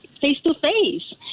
face-to-face